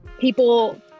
people